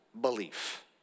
belief